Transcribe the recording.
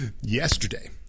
yesterday